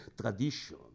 tradition